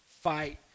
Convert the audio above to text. Fight